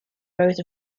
rows